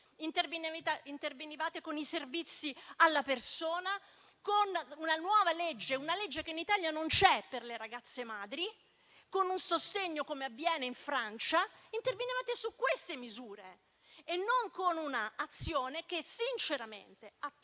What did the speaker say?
intervenivate con i servizi alla persona, con una nuova legge, che in Italia non c'è, per le ragazze madri; con un sostegno, come avviene in Francia. Intervenivate con queste misure e non con un'azione che, sinceramente, ha